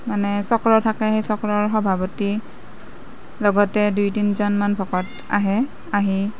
মানে চক্ৰ থাকে সেই চক্ৰৰ সভাপতি লগতে দুই তিনিজনমান ভকত আহে আহি